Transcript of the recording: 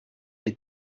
est